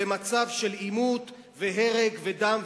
למצב של עימות והרג ודם,